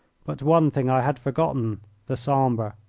but one thing i had forgotten the sambre.